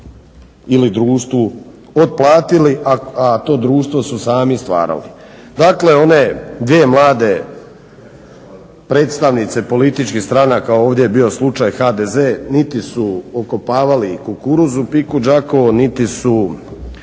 ili društvu otplatili, a to društvo su sami stvarali. Dakle, one dvije mlade predstavnice političkih stranaka, ovdje je bio slučaj HDZ, niti su okopavali kukuruz u PIK-u Đakovo niti su